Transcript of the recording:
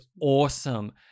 awesome